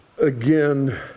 again